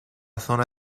zona